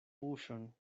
buŝon